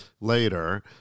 later